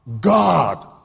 God